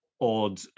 odd